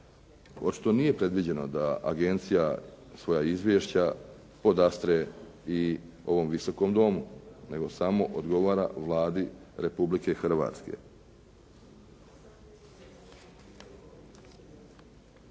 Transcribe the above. Pošto nije predviđeno da agencija svoja izvješća podastre i ovom Visokom domu, nego samo odgovara Vladi Republike Hrvatske.